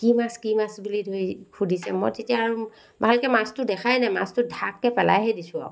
কি মাছ কি মাছ বুলি ধৰি সুধিছে মই তেতিয়া আৰু ভালকৈ মাছটো দেখাই নাই মাছটো ধাপকৈ পেলাইহে দিছো আৰু